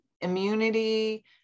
immunity